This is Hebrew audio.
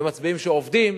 ומצביעים שעובדים,